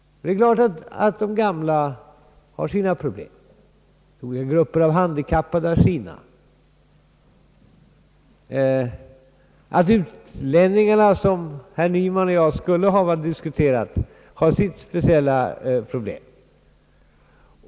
Det är klart att de gamla har sina problem, liksom grupper av handikappade har sina, och utlänningarna — som herr Nyman och jag skulle ha diskuterat — har sina speciella problem.